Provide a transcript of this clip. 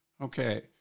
Okay